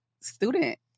student